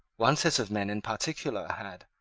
one set of men in particular had,